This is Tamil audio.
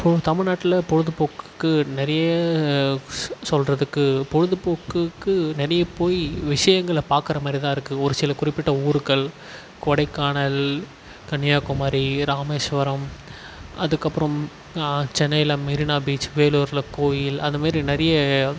இப்போ தமிழ்நாட்டில் பொழுதுபோக்குக்கு நிறைய சொல்கிறதுக்கு பொழுதுபோக்குக்கு நிறைய போய் விஷயங்களை பார்க்குற மாதிரி தான் இருக்குது ஒரு சில குறிப்பிட்ட ஊருக்கள் கொடைக்கானல் கன்னியாகுமரி ராமேஸ்வரம் அதுக்கப்புறம் சென்னையில் மெரினா பீச் வேலூரில் கோவில் அது மாரி நிறைய